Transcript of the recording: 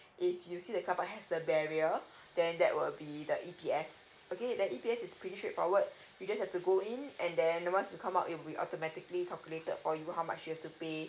if you see the car has the barrier then that will be the E_P_S okay the E_P_S is pretty straightforward you just have to go in and then once you come out it will be automatically calculated for you how much you have to pay